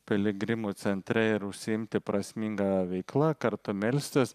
piligrimų centre ir užsiimti prasminga veikla kartu melstis